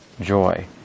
joy